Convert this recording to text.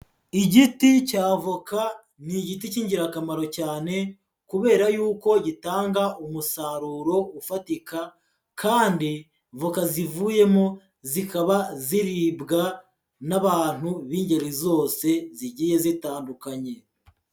Igiti cya avoka ni igiti cy'ingirakamaro cyane kubera y'uko gitanga umusaruro ufatika kandi voka zivuyemo zikaba ziribwa n'abantu b'ingeri zose zigiye zitandukanye.